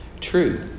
true